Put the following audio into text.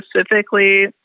specifically